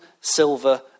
silver